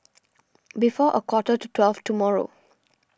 before a quarter to twelve tomorrow